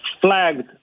flagged